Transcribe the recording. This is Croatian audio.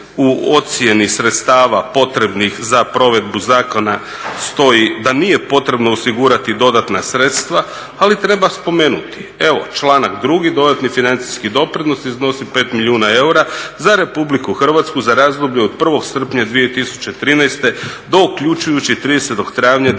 u ocjeni sredstava potrebnih za provedbu zakona stoji da nije potrebno osigurati dodatna sredstava, ali treba spomenuti. Evo članak 2. dodatni financijski doprinos iznosi 5 milijuna eura za RH za razdoblje od 1. srpnja 2013. do uključujući 30. travnja 2014.